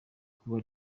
kuba